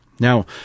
Now